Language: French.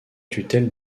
tutelle